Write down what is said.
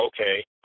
okay